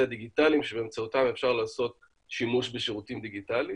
הדיגיטליים שבאמצעותם אפשר לעשות שימוש בשירותים דיגיטליים.